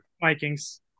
Vikings